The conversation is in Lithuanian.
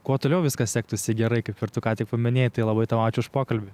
kuo toliau viskas sektųsi gerai kaip ir tu ką tik paminėjai tai labai tau ačiū už pokalbį